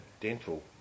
dental